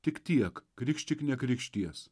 tik tiek krikštyk nekrikštijęs